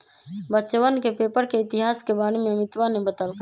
बच्चवन के पेपर के इतिहास के बारे में अमितवा ने बतल कई